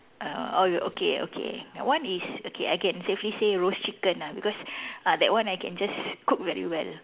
uh or okay okay that one is okay I can safely say roast chicken ah because ah that one I can just cook very well